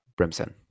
Brimson